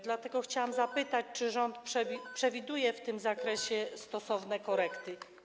Dlatego chciałam zapytać, czy rząd przewiduje w tym zakresie stosowne korekty.